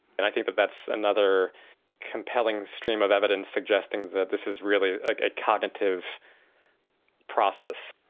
and i think that that's another compelling stream of evidence suggesting that this is really a cognitive process.